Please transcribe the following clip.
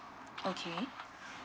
okay